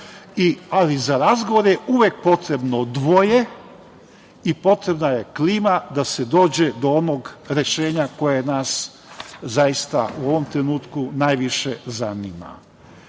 ali za razgovor je uvek potrebno dvoje i potrebna je klima da se dođe do onog rešenja koje nas zaista u ovom trenutku najviše